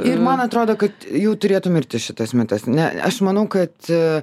ir man atrodo kad jau turėtų mirti šitas mitas ne aš manau kad